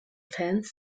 fans